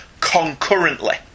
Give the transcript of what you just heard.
concurrently